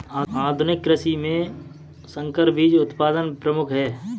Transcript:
आधुनिक कृषि में संकर बीज उत्पादन प्रमुख है